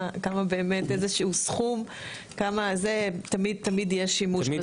באמת הסכום ותמיד-תמיד יהיה שימוש בסכום.